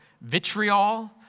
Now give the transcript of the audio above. vitriol